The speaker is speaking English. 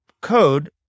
code